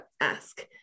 ask